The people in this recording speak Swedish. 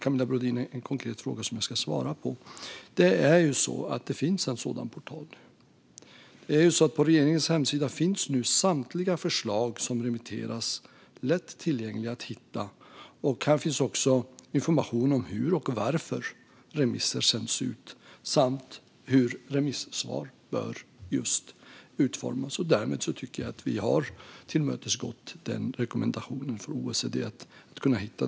Camilla Brodin ställde en konkret fråga som jag ska svara på. Det finns en sådan portal. På regeringens hemsida ligger lättillgängligt samtliga förslag som remitteras. Här finns också information om hur och varför remisser sänds ut och hur remissvar bör utformas. Därmed tycker jag att vi har tillmötesgått OECD:s rekommendation.